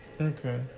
Okay